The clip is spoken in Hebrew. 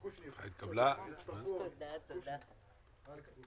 נשמע את אלכס קושניר,